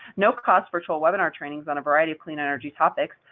no-cost virtual webinar trainings on a variety of clean energy topics,